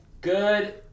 Good